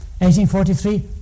1843